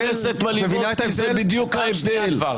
חברת הכנסת מלינובסקי, זה בדיוק ההבדל.